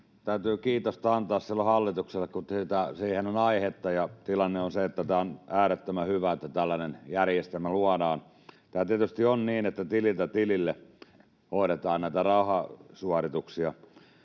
Täytyy kiitosta antaa hallitukselle silloin, kun siihen on aihetta, ja tilanne on se, että on äärettömän hyvä, että tällainen järjestelmä luodaan. Tietysti on niin, että tililtä tilille hoidetaan näitä rahasuorituksia,